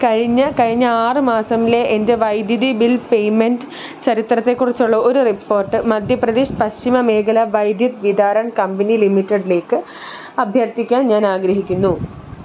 കഴിഞ്ഞ കഴിഞ്ഞ ആറ് മാസത്തിലെ എൻ്റെ വൈദ്യുതി ബിൽ പേയ്മെൻ്റ് ചരിത്രത്തെ കുറിച്ചുള്ള ഒരു റിപ്പോർട്ട് മധ്യ പ്രദേശ് പശ്ചിമ മേഖല വൈദ്യുത് വിതരൺ കമ്പനി ലിമിറ്റഡിലേക്ക് അഭ്യർത്ഥിക്കാൻ ഞാൻ ആഗ്രഹിക്കുന്നു